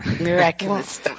Miraculous